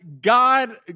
God